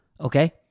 okay